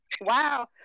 Wow